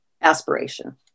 aspiration